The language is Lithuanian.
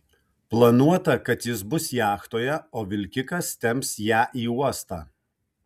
planuota kad jis bus jachtoje o vilkikas temps ją į uostą